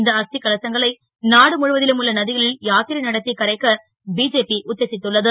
இந்த அஸ் கலசங்களை நாடுமுழுவ லும் உள்ள ந களில் யாத் ரை நடத் கரைக்க பிஜேபி உத்தேசித்துள்ளது